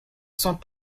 sont